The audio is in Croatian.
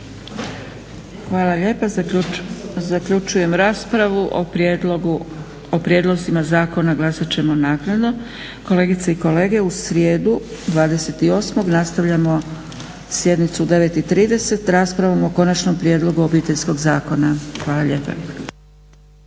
Hvala lijepa. Zaključujem raspravu. O prijedlozima zakona glasat ćemo naknadno. Kolegice i kolege u srijedu 28.nastavljamo sjednicu u 9,30 raspravom o Konačnom prijedlogu Obiteljskog zakona. Hvala lijepa.